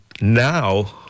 now